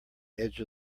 edge